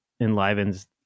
enlivens